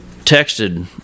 texted